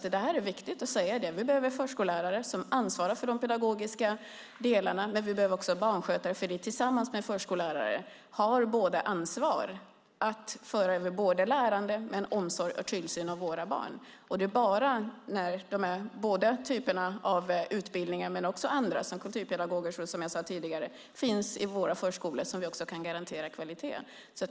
Det är viktigt att säga. Vi behöver förskollärare som ansvarar för de pedagogiska delarna. Men vi behöver också barnskötare, för de har tillsammans med förskollärare ansvar för lärande men också för omsorg och tillsyn av våra barn. Det är bara när de båda typerna av utbildning - men också andra, som kulturpedagoger, som jag talade om tidigare - finns i våra förskolor som vi kan garantera kvaliteten.